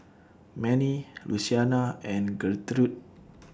Mannie Luciana and Gertrude